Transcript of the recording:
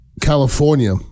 California